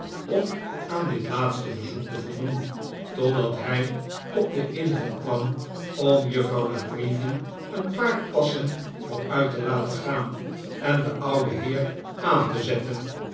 om aan dit laatste verzoek te voldoen totdat hij op den inval kwam om juffrouw la creevy een paar passen vooruit te laten gaan en den ouden heer aan te zetten